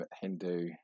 Hindu